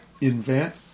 invent